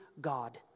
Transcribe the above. God